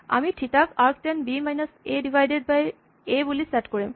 আমি থিতা ক arctan b minus a b divided by a বুলি set কৰিম